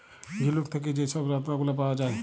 ঝিলুক থ্যাকে যে ছব রত্ল গুলা পাউয়া যায়